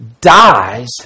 dies